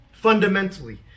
Fundamentally